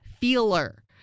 feeler